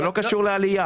זה לא קשור לעלייה.